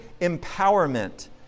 empowerment